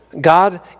God